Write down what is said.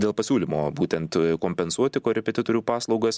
dėl pasiūlymo būtent kompensuoti korepetitorių paslaugas